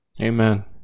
Amen